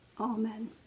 Amen